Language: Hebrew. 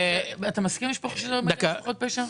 אתה מסכים שזה מגיע למשפחות פשע?